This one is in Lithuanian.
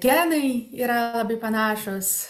genai yra labai panašūs